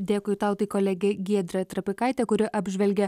dėkui tau tai kolegė giedrė trapikaitė kuri apžvelgė